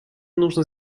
нужно